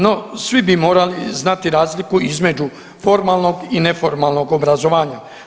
No, svi bi morali znati razliku između formalnog i neformalnog obrazovanja.